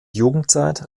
jugendzeit